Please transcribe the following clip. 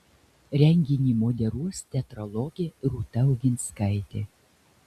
renginį moderuos teatrologė rūta oginskaitė